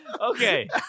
Okay